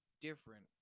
different